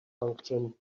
function